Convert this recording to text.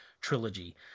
trilogy